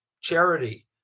charity